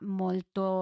molto